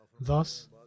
Thus